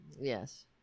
Yes